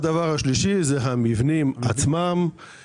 הדבר השלישי זה המבנים עצמם,